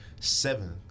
seven